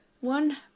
one